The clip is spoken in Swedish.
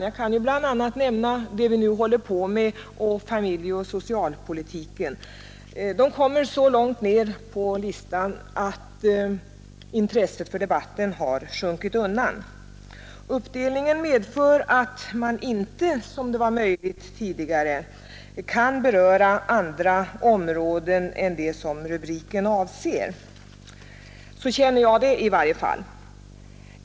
Nog så viktiga ämnesområden kommer också så långt ner på talarlistan att intresset för debatten har sjunkit undan. Jag kan här nämna det ämne vi nu håller på med samt familjeoch socialpolitiken. Jag känner i varje fall på detta sätt.